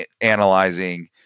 analyzing